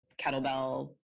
kettlebell